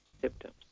symptoms